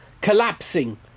collapsing